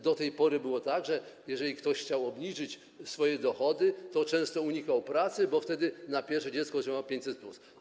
Do tej pory było tak, że jeżeli ktoś chciał obniżyć swoje dochody, to często unikał pracy, bo wtedy na pierwsze dziecko działa 500+.